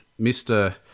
Mr